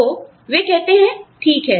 तो वे कहते हैं ठीक है